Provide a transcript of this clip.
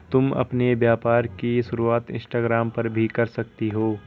तुम अपने व्यापार की शुरुआत इंस्टाग्राम पर भी कर सकती हो